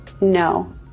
No